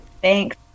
Thanks